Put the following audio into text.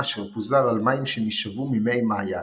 אשר פוזר על מים שנשאבו ממי מעיין,